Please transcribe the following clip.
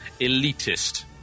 Elitist